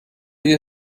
you